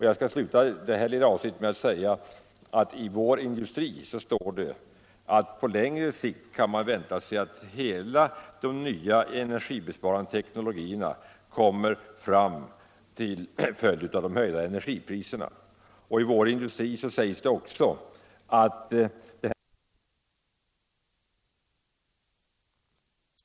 Jag skali avsluta detta avsnitt med att säga att i en artikel i Vår industri står att man på längre sikt också kan vänta sig att nya energisparande teknologier kommer fram till följd av de höjda energipriserna. I artikeln står också: ”Detta innebär bl.a. att det på lite sikt inte finns några entydiga samband mellan t.ex. energiförbrukning och industriproduktion —=—=.”